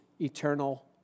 eternal